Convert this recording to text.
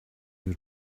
your